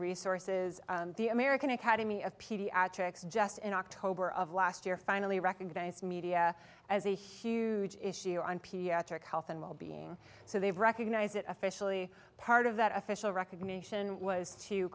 resources the american academy of pediatrics just in october of last year finally recognized media as a huge issue on pediatric health and wellbeing so they recognize it officially part of that official recognition was to